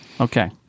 Okay